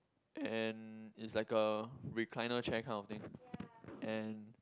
and it's like a recliner chair kind of thing